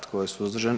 Tko je suzdržan?